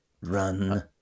run